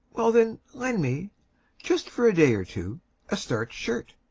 well, then, lend me just for a day or two a starched shirt.